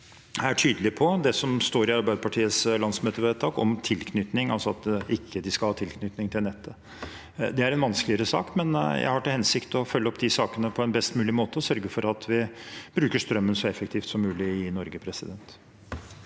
en er tydelig på det som står i Arbeiderpartiets landsmøtevedtak om tilknytning, altså at de ikke skal ha tilknytning til nettet. Det er en vanskeligere sak, men jeg har til hensikt å følge det opp på en best mulig måte og sørge for at vi bruker strømmen så effektivt som mulig i Norge.